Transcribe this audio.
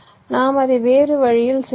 நாம் அதை வேறு வழியில் செய்ய வேண்டும்